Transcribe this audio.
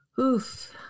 Oof